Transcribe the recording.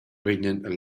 vegnan